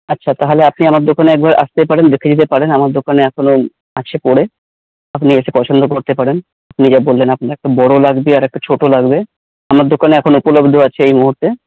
আচ্ছা তাহলে আপনি আমার দোকানে একবার আসতে পারেন দেখে যেতে পারেন আমার দোকানে এখনও আছে পড়ে আপনি এসে পছন্দ করতে পারেন নিজে বললেন আপনি একটা বড় লাগবে আর একটা ছোট লাগবে আমার দোকানে এখন উপলব্ধ আছে এই মুহুর্তে